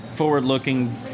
forward-looking